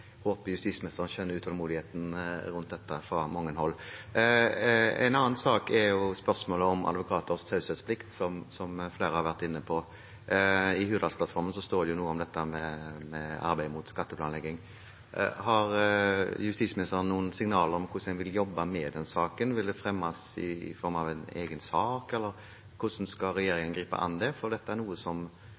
håper justisministeren skjønner utålmodigheten rundt dette fra mange hold. En annen sak er spørsmålet om advokaters taushetsplikt, som flere har vært inne på. I Hurdalsplattformen står det jo noe om dette med arbeidet mot skatteplanlegging. Har justisministeren noen signaler om hvordan en vil jobbe med den saken? Vil det fremmes i form av en egen sak, eller hvordan skal regjeringen gripe det an? Dette er noe som